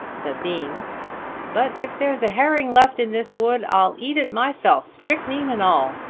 said bean but if there's a herring left in this wood, i'll eat it myself strychnine and all.